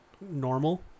normal